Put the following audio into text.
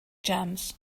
jams